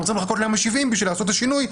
צריכים לחכות ליום השבעים בשביל לעשות את השינוי,